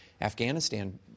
Afghanistan